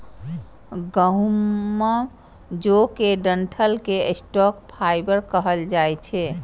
गहूम, जौ के डंठल कें स्टॉक फाइबर कहल जाइ छै